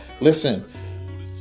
listen